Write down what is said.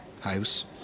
house